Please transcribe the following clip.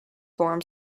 form